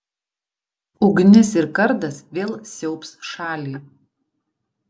ugnis ir kardas vėl siaubs šalį